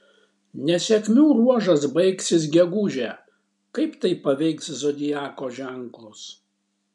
nesėkmių ruožas baigsis gegužę kaip tai paveiks zodiako ženklus